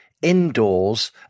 Indoors